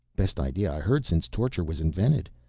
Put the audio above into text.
best idea i heard since torture was invented,